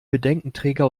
bedenkenträger